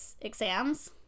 exams